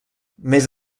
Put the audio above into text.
més